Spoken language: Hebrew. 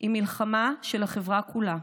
היא מלחמה של החברה כולה,